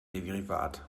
derivat